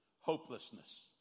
hopelessness